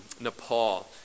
Nepal